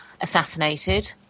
assassinated